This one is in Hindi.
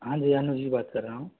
हाँजी अनुज ही बात कर रहा हूँ